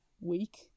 week